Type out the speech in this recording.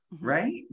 Right